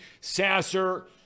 Sasser